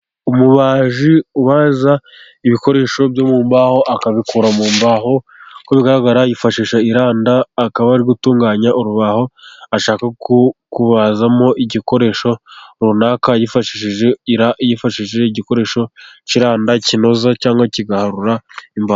Umubaji ubaza ibikoresho byo mu mbaho, akabikura mu mbaho. Uko bigaragara yifashisha iranda, akaba ari gutunganya urubaho ashaka kubazamo igikoresho runaka yifashishije igikoresho cy'iranda, kinoza cyangwa kigaharura imbaho.